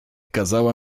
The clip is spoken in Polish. kazała